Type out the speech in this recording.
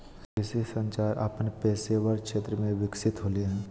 कृषि संचार अपन पेशेवर क्षेत्र में विकसित होले हें